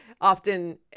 often